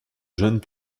jeunes